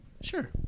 sure